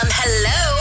hello